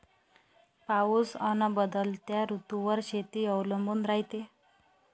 पाऊस अन बदलत्या ऋतूवर शेती अवलंबून रायते